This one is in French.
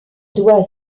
doit